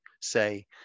say